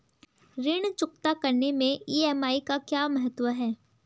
ऋण चुकता करने मैं ई.एम.आई का क्या महत्व है?